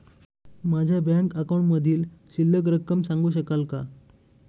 माझ्या बँक अकाउंटमधील शिल्लक रक्कम सांगू शकाल का?